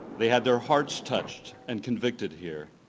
they had their hearts touched and convicted here.